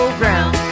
ground